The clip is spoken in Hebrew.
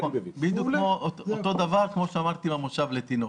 בדיוק אותו דבר כפי שקיים לגבי מושב לתינוק.